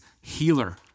healer